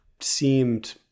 seemed